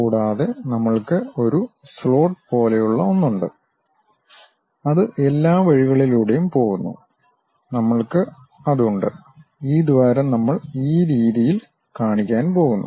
കൂടാതെ നമ്മൾക്ക് ഒരു സ്ലോട്ട് പോലെയുള്ള ഒന്ന് ഉണ്ട് അത് എല്ലാ വഴികളിലൂടെയും പോകുന്നു നമ്മൾക്ക് അത് ഉണ്ട് ഈ ദ്വാരം നമ്മൾ ഈ രീതിയിൽ കാണിക്കാൻ പോകുന്നു